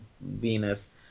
Venus